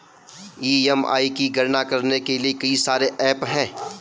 EMI की गणना करने के लिए कई सारे एप्प हैं